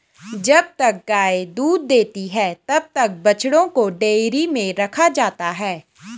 जब तक गाय दूध देती है तब तक बछड़ों को डेयरी में रखा जाता है